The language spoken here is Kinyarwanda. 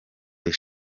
www